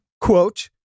quote